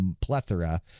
plethora